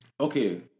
Okay